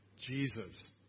Jesus